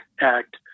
act